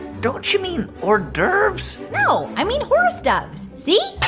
don't you mean hors d'oeuvres? no, i mean horse doves. see?